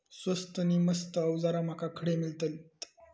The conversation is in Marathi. स्वस्त नी मस्त अवजारा माका खडे मिळतीत?